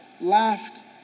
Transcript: laughed